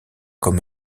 comme